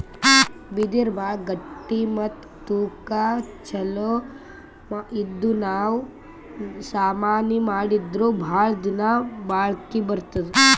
ಬಿದಿರ್ ಭಾಳ್ ಗಟ್ಟಿ ಮತ್ತ್ ತೂಕಾ ಛಲೋ ಇದ್ದು ನಾವ್ ಸಾಮಾನಿ ಮಾಡಿದ್ರು ಭಾಳ್ ದಿನಾ ಬಾಳ್ಕಿ ಬರ್ತದ್